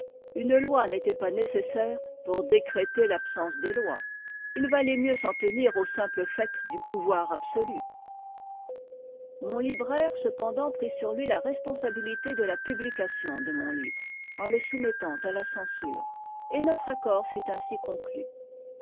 une loi n'était pas nécessaire pour décréter l'absence des lois il valait mieux s'en tenir au simple fait du pouvoir absolu mon libraire cependant prit sur mi ta responsabilité de la publication de mon livre en le soumettant à la censure et notre accord fut ainsi conclu